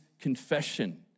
confession